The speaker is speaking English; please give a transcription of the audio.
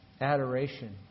adoration